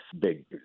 big